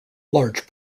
large